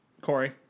Corey